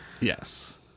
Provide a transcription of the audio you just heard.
Yes